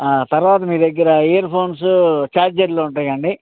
తరువాత మీ దగ్గర ఇయర్ఫోన్సు ఛార్జర్లు ఉంటాయి అండి